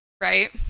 Right